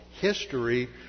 history